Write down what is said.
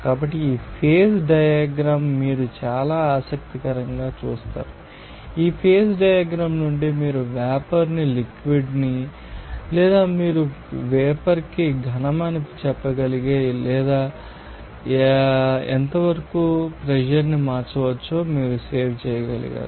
కాబట్టి ఈ phase diagram మీరు చాలా ఆసక్తికరంగా చూస్తారు ఈ ఫేజ్ డయాగ్రమ్ నుండి మీరు వేపర్ లిక్విడ్ని లేదా మీరు వేపర్కి ఘనమని చెప్పగలిగేలా ఎలా లేదా ఎంతవరకు ప్రెషర్ని మార్చవచ్చో మీరు సేవ్ చేయగలిగారు